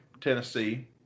Tennessee